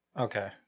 okay